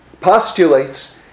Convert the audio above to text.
postulates